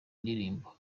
ndirimbo